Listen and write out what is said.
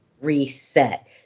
reset